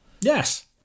Yes